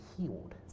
healed